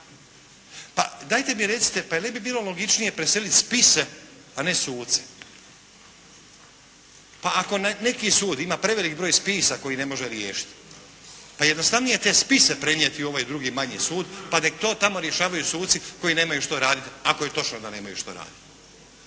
Pa dajte mi recite pa jel' ne bi bilo logičnije preseliti spise, a ne suce. Pa ako neki sud ima preveliki broj spisa koji ne može riješiti, pa jednostavnije je te spise prenijeti u ovaj drugi manji sud pa neka to tamo rješavaju suci koji nemaju što raditi ako je točno da nemaju što raditi